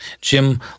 Jim